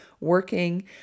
working